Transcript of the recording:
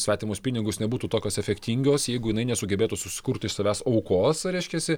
svetimus pinigus nebūtų tokios efektingios jeigu jinai nesugebėtų susikurti iš savęs aukos reiškiasi